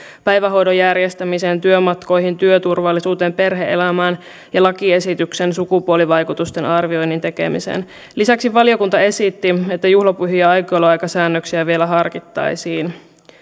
päivähoidon järjestämiseen työmatkoihin työturvallisuuteen perhe elämään ja lakiesityksen sukupuolivaikutusten arvioinnin tekemiseen lisäksi valiokunta esitti että juhlapyhien aukioloaikasäännöksiä vielä harkittaisiin